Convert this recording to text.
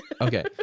Okay